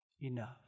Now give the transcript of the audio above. enough